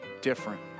different